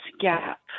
gap